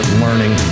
learning